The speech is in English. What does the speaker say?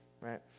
right